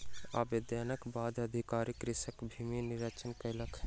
आवेदनक बाद अधिकारी कृषकक भूमि निरिक्षण कयलक